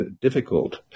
difficult